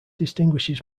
distinguishes